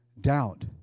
Doubt